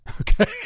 Okay